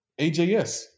AJS